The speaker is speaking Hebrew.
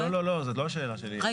לא, לא, זאת לא השאלה שלי.